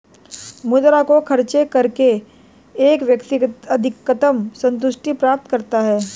मुद्रा को खर्च करके एक व्यक्ति अधिकतम सन्तुष्टि प्राप्त करता है